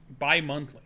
bimonthly